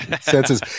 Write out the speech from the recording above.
senses